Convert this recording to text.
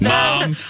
Mom